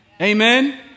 Amen